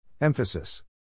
Emphasis